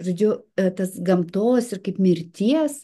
žodžiu vėl tas gamtos ir kaip mirties